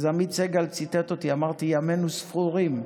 אז עמית סגל ציטט אותי, אמרתי: ימינו ספורים.